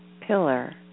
pillar